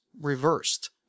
reversed